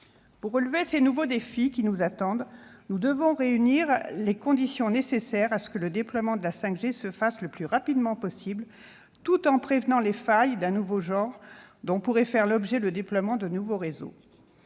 Pour relever ces nouveaux défis qui nous attendent, nous devons réunir les conditions nécessaires pour faire en sorte que le déploiement de la 5G se fasse le plus rapidement possible, tout en prévenant les failles d'un nouveau genre dont pourrait faire l'objet le déploiement de nouveaux réseaux.